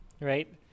Right